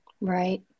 Right